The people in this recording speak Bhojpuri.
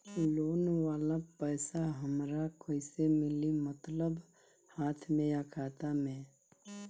लोन वाला पैसा हमरा कइसे मिली मतलब हाथ में या खाता में?